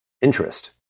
interest